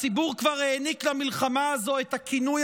הציבור כבר העניק למלחמה הזאת את הכינוי